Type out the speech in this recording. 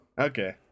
Okay